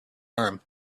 harm